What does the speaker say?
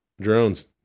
drones